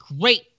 great